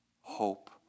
hope